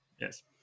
Yes